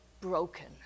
broken